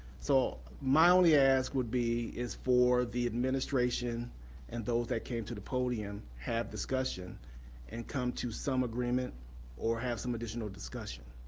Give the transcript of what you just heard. so my only ask would be is for the administration and those that came to the podium had discussion and come to some agreement or have some additional discussion.